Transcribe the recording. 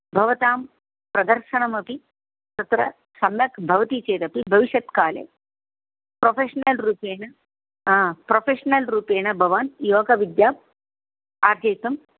भवतां प्रदर्शनमपि तत्र सम्यग्भवति चेदपि भविष्यत्काले प्रोफेषनल् रूपेण आ प्रोफेषनल् रूपेण भवान् योगविद्याम् आर्जयितुं